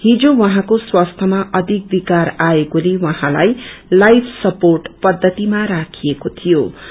हिज उहाँको स्वास्थ्यमा अधिक विकार आएकोले उहाँलाई लाईफ सप्रेट पन्छतीमा राखिकरो शिियो